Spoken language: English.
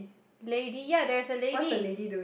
lady ya there's a lady